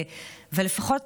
ולפחות